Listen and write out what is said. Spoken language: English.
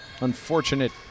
Unfortunate